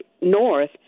north